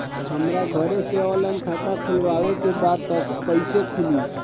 हमरा घरे से ऑनलाइन खाता खोलवावे के बा त कइसे खुली?